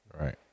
Right